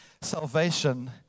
salvation